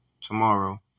tomorrow